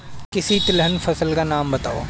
किसी तिलहन फसल का नाम बताओ